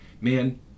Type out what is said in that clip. man